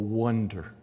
wonder